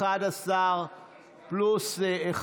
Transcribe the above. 11 פלוס אחד,